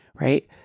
right